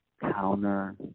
counter